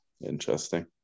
Interesting